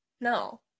No